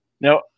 Now